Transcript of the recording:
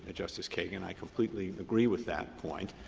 ah justice kagan. i completely agree with that point.